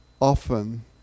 often